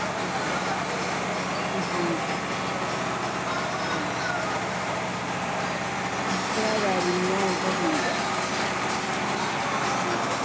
ठीक ऐ जी हां जी इक्कलै बालनियां होंन ते ठीक ऐ हां जी